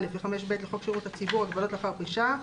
ו-5ב לחוק שירות הציבור (הגבלות לאחר פרישה),